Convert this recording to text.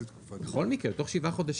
בכל מקרה, תוך שבעה חודשים.